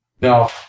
Now